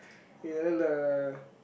yellow